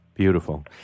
Beautiful